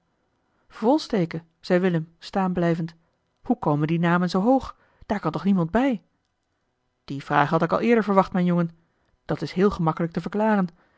volsteke zei willem staan blijvend hoe komen die namen zoo hoog daar kan toch niemand bij die vraag had ik al eerder verwacht mijn jongen dat is heel gemakkelijk te verklaren